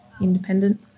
independent